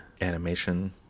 animation